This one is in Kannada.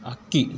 ಅಕ್ಕಿ